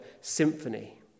symphony